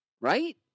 right